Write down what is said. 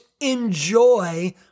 enjoy